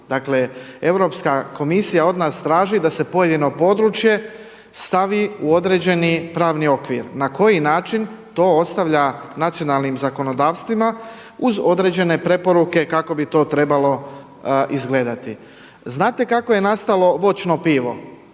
Dakle, Europska komisija od nas traži da se pojedino područje stavi u određeni pravni okvir. Na koji način, to ostavlja nacionalnim zakonodavstvima uz određene preporuke kako bi to trebalo izgledati. Znate kako je nastalo voćno pivo?